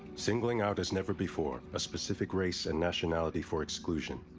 singling out as never before a specific race and nationality for exclusion.